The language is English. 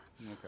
okay